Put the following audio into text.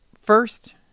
first